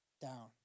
down